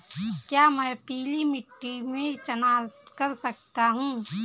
क्या मैं पीली मिट्टी में चना कर सकता हूँ?